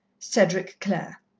cedric clare.